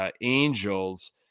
Angels